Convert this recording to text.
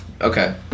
Okay